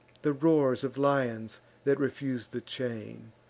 the roars of lions that refuse the chain,